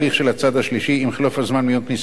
אם הזמן החולף מיום כניסת הבחינה לשלב הבין-לאומי